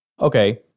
Okay